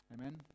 Amen